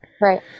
Right